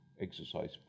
exercise